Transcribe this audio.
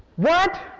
what!